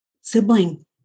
sibling